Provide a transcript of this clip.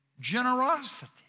Generosity